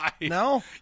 No